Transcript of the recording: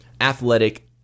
athletic